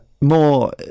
More